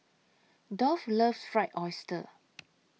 Dolph loves Fried Oyster